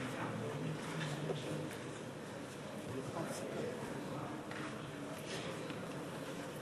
המליאה.) (הישיבה נפסקה בשעה 17:27 ונתחדשה בשעה